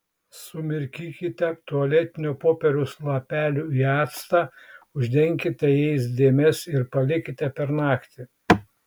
sumirkykite tualetinio popieriaus lapelių į actą uždenkite jais dėmes ir palikite per naktį